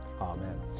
amen